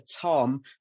tom